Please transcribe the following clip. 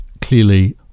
clearly